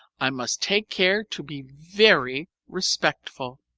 i must take care to be very respectful.